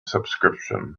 subscription